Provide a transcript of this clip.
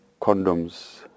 condoms